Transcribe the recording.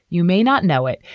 you may not know it,